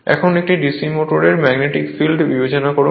এখন একটি DC মোটরের ম্যাগনেটিক ফিল্ড বিবেচনা করুন